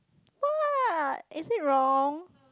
what is it wrong